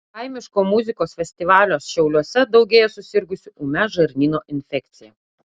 po kaimiško muzikos festivalio šiauliuose daugėja susirgusių ūmia žarnyno infekcija